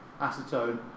acetone